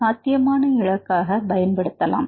சாத்தியமான இலக்காகப் பயன்படுத்தலாம்